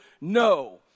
No